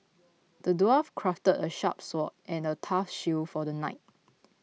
the dwarf crafted a sharp sword and a tough shield for the knight